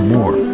More